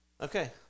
Okay